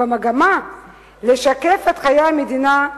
במגמה לשקף את חיי המדינה,